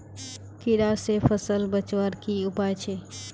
कीड़ा से फसल बचवार की उपाय छे?